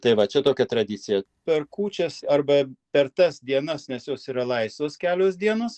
tai va čia tokia tradicija per kūčias arba per tas dienas nes jos yra laisvos kelios dienos